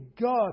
God